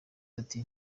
ati